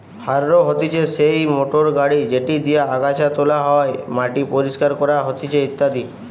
harrow হতিছে সেই motor গাড়ি যেটি দিয়া আগাছা তোলা হয়, মাটি পরিষ্কার করা হতিছে ইত্যাদি